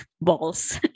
balls